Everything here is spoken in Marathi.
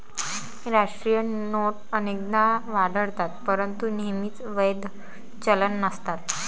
राष्ट्रीय नोट अनेकदा आढळतात परंतु नेहमीच वैध चलन नसतात